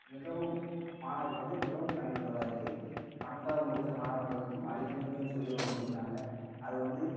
மிகவும் மாணவர்களுக்கு வந்து மிகவும் பயனுள்ளதாக இருக்குது பன்னெரெண்டாவது முடித்த மாணவர்களுக்கு மடிக்கணினின்னு சொல்லி ஒன்று கொடுக்கறாங்க அது வந்து